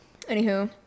anywho